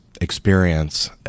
experience